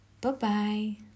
Bye-bye